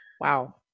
Wow